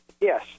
Yes